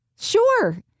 Sure